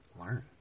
learn